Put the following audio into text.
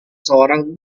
seorang